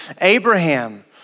Abraham